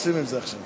בעד הצעת החוק,